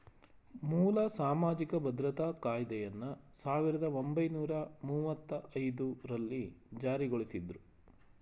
ಮೂಲ ಸಾಮಾಜಿಕ ಭದ್ರತಾ ಕಾಯ್ದೆಯನ್ನ ಸಾವಿರದ ಒಂಬೈನೂರ ಮುವ್ವತ್ತಐದು ರಲ್ಲಿ ಜಾರಿಗೊಳಿಸಿದ್ರು